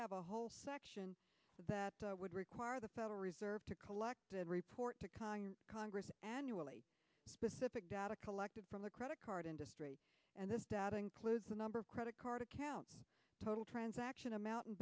have a whole section that would require the federal reserve to collect a report to congress specific data collected from the credit card industry and this data includes the number of credit card accounts total transaction amount and